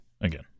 Again